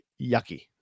yucky